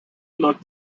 looked